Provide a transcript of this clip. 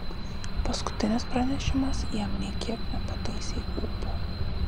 paskutinis pranešimas jam nė kiek nepataisė ūpo